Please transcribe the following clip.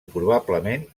probablement